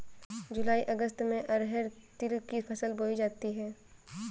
जूलाई अगस्त में अरहर तिल की फसल बोई जाती हैं